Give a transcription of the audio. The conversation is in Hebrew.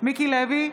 מיקי לוי,